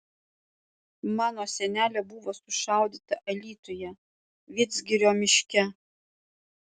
mano senelė buvo sušaudyta alytuje vidzgirio miške